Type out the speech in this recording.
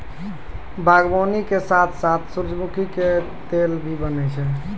बागवानी के साथॅ साथॅ सूरजमुखी के तेल भी बनै छै